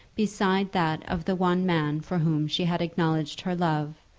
besides that of the one man for whom she had acknowledged her love,